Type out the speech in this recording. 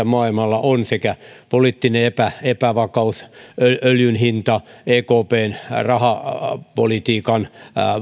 maailmalla on sekä poliittinen epävakaus öljyn hinta ekpn rahapolitiikan